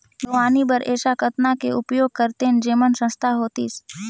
बागवानी बर ऐसा कतना के उपयोग करतेन जेमन सस्ता होतीस?